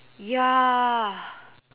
ya